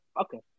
Okay